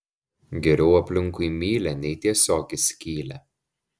geriau aplinkui mylią nei tiesiog į skylę